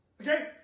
Okay